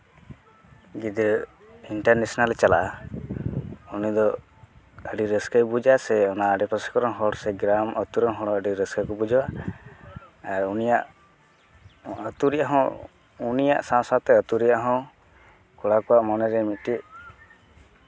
ᱜᱤᱫᱟᱹᱨ ᱤᱱᱴᱟᱨᱱᱮᱥᱱᱮᱞᱮ ᱪᱟᱞᱟᱜᱼᱟ ᱩᱱᱤ ᱫᱚ ᱟᱹᱰᱤ ᱨᱟᱹᱥᱠᱟᱹᱭ ᱵᱩᱡᱟ ᱥᱮ ᱚᱱᱟ ᱟᱰᱮ ᱯᱟᱥᱮ ᱠᱚᱨᱮᱱ ᱦᱚᱲ ᱥᱮ ᱜᱨᱟᱢ ᱟᱛᱩ ᱨᱮᱱ ᱦᱚᱲ ᱟᱹᱰᱤ ᱨᱟᱹᱥᱠᱟᱹ ᱠᱚ ᱵᱩᱡᱟ ᱩᱱᱤᱭᱟᱜ ᱟᱹᱛᱩ ᱨᱮᱭᱟᱜ ᱦᱚᱸ ᱩᱱᱤᱭᱟᱜ ᱥᱟᱶ ᱥᱟᱶ ᱛᱮ ᱟᱹᱛᱩ ᱨᱮᱭᱟᱜ ᱦᱚᱸ ᱠᱚᱲᱟ ᱠᱚᱣᱟᱜ ᱢᱚᱱᱮ ᱨᱮ ᱢᱤᱫᱴᱤᱡ